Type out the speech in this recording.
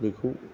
बेखौ